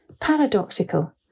paradoxical